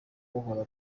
buhora